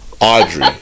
Audrey